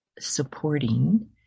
supporting